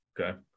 Okay